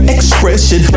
Expression